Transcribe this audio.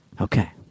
Okay